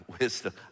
wisdom